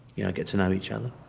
get to know each other.